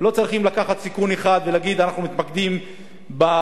לא צריכים לקחת סיכון אחד ולהגיד: אנחנו מתמקדים בגז,